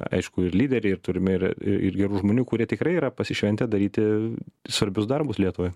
aiškų ir lyderį ir turime ir ir gerų žmonių kurie tikrai yra pasišventę daryti svarbius darbus lietuvoj